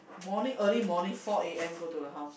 morning early morning four A_M go to her house